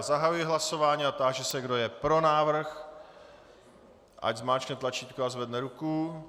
Zahajuji hlasování a táži se, kdo je pro návrh, ať zmáčkne tlačítko a zvedne ruku.